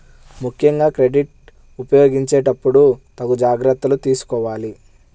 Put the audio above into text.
ముక్కెంగా క్రెడిట్ ఉపయోగించేటప్పుడు తగు జాగర్తలు తీసుకోవాలి